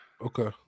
Okay